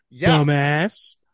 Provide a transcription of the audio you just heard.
dumbass